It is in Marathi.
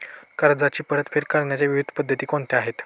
कर्जाची परतफेड करण्याच्या विविध पद्धती कोणत्या आहेत?